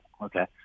okay